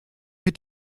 mit